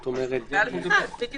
ב-(א)(1), בדיוק.